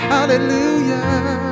Hallelujah